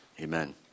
amen